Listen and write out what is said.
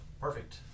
Perfect